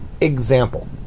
Example